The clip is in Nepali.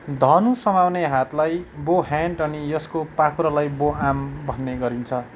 धनु समाउने हातलाई बो ह्यान्ड अनि यसको पाखुरालाई बो आर्म भन्ने गरिन्छ